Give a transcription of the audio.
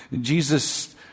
Jesus